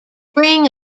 bring